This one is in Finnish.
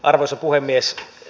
arvoisa puhemies